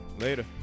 Later